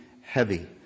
heavy